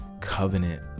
covenant